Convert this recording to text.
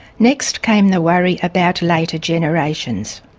next came the worry about later generations.